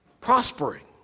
prospering